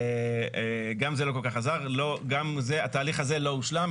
גם התהליך הזה לא הושלם.